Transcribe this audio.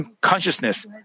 consciousness